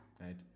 Right